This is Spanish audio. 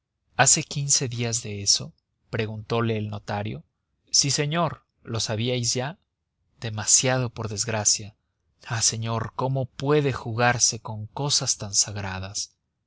hace quince días de eso preguntole el notario sí señor lo sabíais ya demasiado por desgracia ah señor cómo puede jugarse con cosas tan sagradas